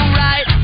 right